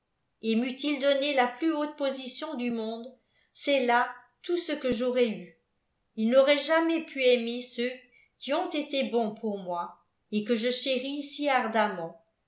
et meût il donné la plus haute position du monde c'est là tout ce que j'aurais eu il n'aurait jamais pu aimer ceux qui ont été bons pour moi et que je chéris si ardemment